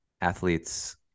athletes